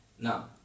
Now